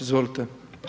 Izvolite.